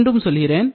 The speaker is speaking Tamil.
மீண்டும் சொல்கிறேன்